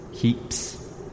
heaps